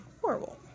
horrible